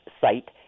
site